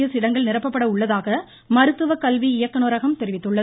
S இடங்கள் நிரப்பப்பட உள்ளதாக மருத்துவக்கல்வி இயக்குநரகம் தெரிவித்துள்ளது